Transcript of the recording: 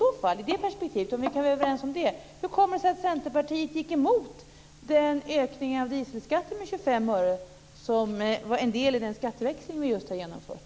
Om vi kan vara överens om det, hur kommer det sig då att Centerpartiet gick emot ökningen av dieselskatten med 25 öre, som var en del i den skatteväxling som vi just har genomfört?